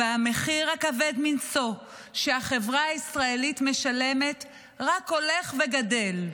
והמחיר הכבד מנשוא שהחברה הישראלית משלמת רק הולך וגדל.